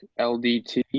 LDT